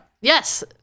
yes